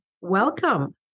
welcome